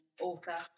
author